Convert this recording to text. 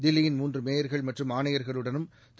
தில்லியின் மூன்று மேயர்கள் மற்றும் ஆணையர்களுடனும் திரு